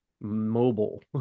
mobile